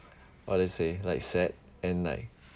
what did I say like sad and like